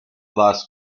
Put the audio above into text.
lost